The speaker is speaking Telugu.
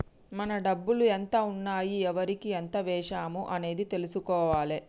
మన డబ్బులు ఎంత ఉన్నాయి ఎవరికి ఎంత వేశాము అనేది తెలుసుకోవాలే